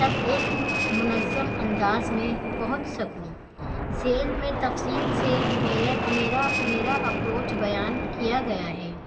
تک ایک منظم انداز میں پہنچ سکوں ذیل میں تفصیل سے میرے میرا میرا اپروچ بیان کیا گیا ہے